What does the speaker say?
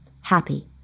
happy